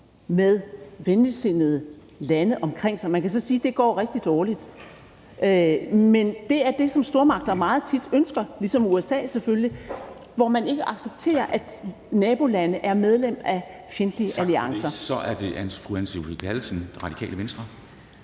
med venligtsindede lande omkring sig – man kan så sige, at det går rigtig dårligt. Men det er det, som stormagter meget tit ønsker – ligesom USA selvfølgelig – hvor man ikke accepterer, at nabolande er medlem af fjendtlige alliancer. Kl. 10:41 Formanden (Henrik